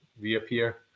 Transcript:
reappear